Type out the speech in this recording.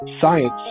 Science